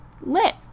lit